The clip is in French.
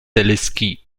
téléskis